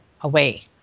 away